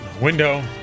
window